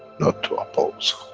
not to oppose,